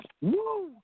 Woo